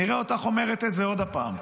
נראה אותך אומרת את זה עוד פעם,